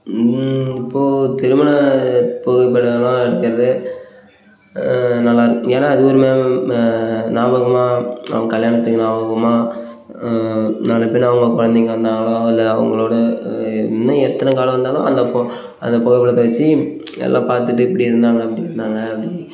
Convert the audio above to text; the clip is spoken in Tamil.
இப்போது திருமண புகைப்படம்லாம் எடுக்கிறது நல்லாருக்கும் ஏன்னா அது ஒரு ஞாபகம் ஞா ஞாபகமாக அவங்க கல்யாணத்துக்கு ஞாபகமாக நாளை பின்னே அவங்க குழந்தைங்க வந்தாங்கனால் இல்லை அவங்களோட இன்னும் எத்தனை காலம் வந்தாலும் அந்த ஃபோ அந்தப் புகைப்படத்தை வச்சி எல்லாம் பார்த்துட்டு இப்படி இருந்தாங்கள் அப்படி இருந்தாங்கள் அப்படி